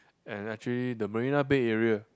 and actually the Marina Bay area